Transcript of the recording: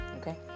Okay